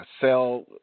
sell